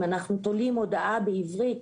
אם אנחנו תולים הודעה בעברית